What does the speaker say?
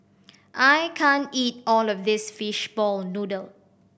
I can't eat all of this fishball noodle